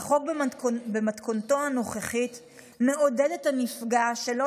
החוק במתכונתו הנוכחית מעודד את הנפגע שלא